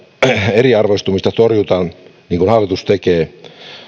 eriarvoistumista torjutaan niin kuin hallitus tekee